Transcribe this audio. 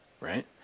Right